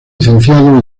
licenciado